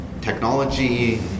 technology